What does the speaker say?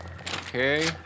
Okay